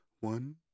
one